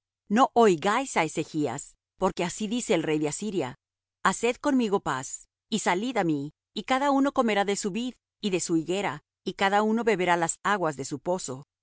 no oigáis á ezechas porque así dice el rey de asiria haced conmigo paz y salid á mí y cada uno comerá de su vid y de su higuera y cada uno beberá las aguas de su pozo